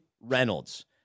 Reynolds